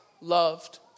loved